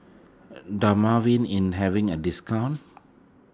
Dermaveen in having a discount